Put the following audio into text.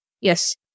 Yes